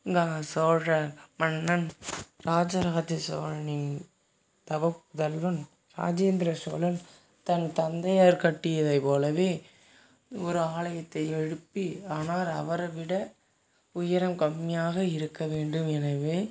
சோழ மன்னன் ராஜராஜ சோழனின் தவ புதல்வன் ராஜேந்திர சோழன் தன் தந்தையார் கட்டியதை போலவே ஒரு ஆலயத்தை எழுப்பி ஆனால் அவரை விட உயரம் கம்மியாக இருக்கவேண்டும் எனவே